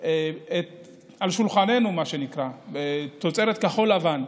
אל שולחננו, מה שנקרא, תוצרת כחול לבן.